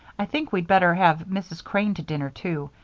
i think we'd better have mrs. crane to dinner, too.